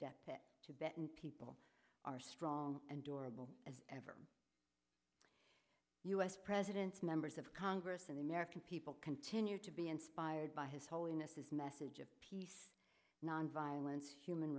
that tibet and people are strong and durable as ever u s presidents members of congress and the american people continue to be inspired by his holiness his message of peace nonviolence human